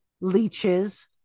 leeches